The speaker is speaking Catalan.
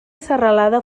serralada